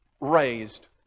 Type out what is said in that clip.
raised